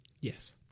Yes